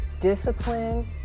discipline